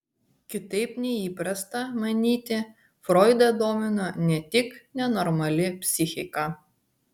kitaip nei įprasta manyti froidą domino ne tik nenormali psichika